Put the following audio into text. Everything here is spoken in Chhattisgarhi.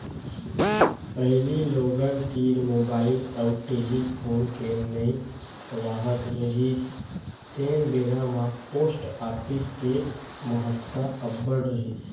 पहिली लोगन तीर मुबाइल अउ टेलीफोन के नइ राहत रिहिस तेन बेरा म पोस्ट ऑफिस के महत्ता अब्बड़ रिहिस